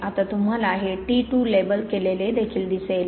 आता तुम्हाला हे T 2 लेबल केलेले देखील दिसेल